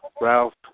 Ralph